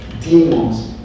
demons